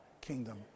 kingdom